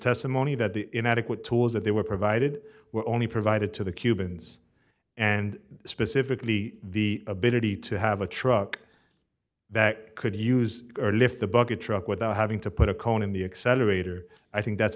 testimony that the inadequate tools that they were provided were only provided to the cubans and specifically the ability to have a truck that could use or lift the bucket truck without having to put a cone in the accelerator i think that's